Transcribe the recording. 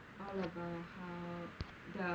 all about how